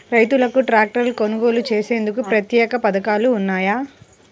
రైతులకు ట్రాక్టర్లు కొనుగోలు చేసేందుకు ప్రత్యేక పథకాలు ఉన్నాయా?